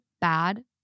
bad